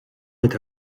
had